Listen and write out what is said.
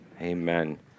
Amen